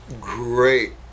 great